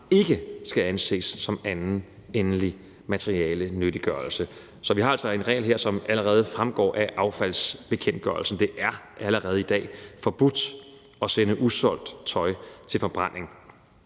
ikke skal anses som anden endelig materialenyttiggørelse. Så vi har altså en regel her, som allerede fremgår af affaldsbekendtgørelsen. Det er allerede i dag forbudt at sende usolgt tøj til forbrænding.